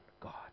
God